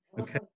Okay